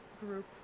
group